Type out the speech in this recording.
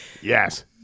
Yes